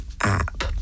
app